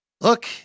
look